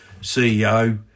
CEO